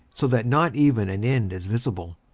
so that not even an end is visible.